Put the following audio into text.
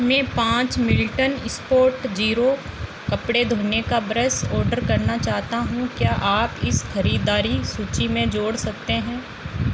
मैं पाँच Milton Spotzero कपड़े धोने का ब्रश ऑडर करना चाहता हूँ क्या आप इसे खरीदारी सूची में जोड़ सकते हैं